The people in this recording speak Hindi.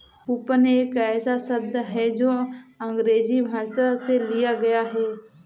कूपन एक ऐसा शब्द है जो अंग्रेजी भाषा से लिया गया है